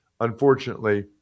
unfortunately